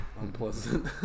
unpleasant